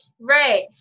Right